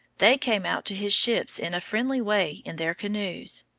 they came out to his ships in a friendly way in their canoes.